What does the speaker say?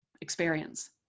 experience